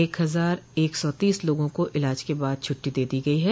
एक हजार एक सौ तीस लोगों को इलाज के बाद छुट्टी दे दी गई है